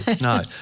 no